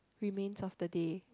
remains of the day